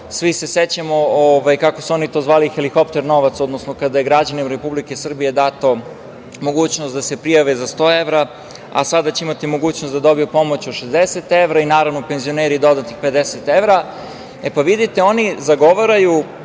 Svi se sećamo, kako su oni to zvali, helikopter novac, odnosno kada je građanima Republike Srbije data mogućnost da se prijave za sto evra, a sada će imati mogućnost da dobiju pomoć od 60 evra i naravno penzioneri dodatnih 50 evra. Vidite, oni zagovaraju